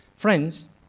Friends